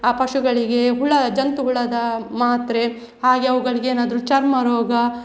ಆ ಪಶುಗಳಿಗೆ ಹುಳ ಜಂತುಹುಳದ ಮಾತ್ರೆ ಹಾಗೆ ಅವುಗಳಿಗೇನಾದರೂ ಚರ್ಮ ರೋಗ